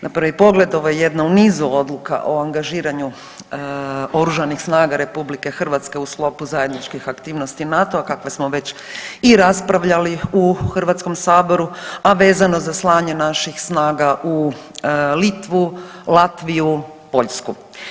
Na prvi pogled ovo je jedna u nizu odluka o angažiranju oružanih snaga RH u sklopu zajedničkih aktivnosti NATO-a kakva smo već i raspravljali u HS, a vezano za slanje naših snaga u Litvu, Latviju, Poljsku.